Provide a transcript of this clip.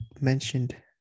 mentioned